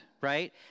right